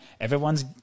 Everyone's